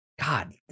God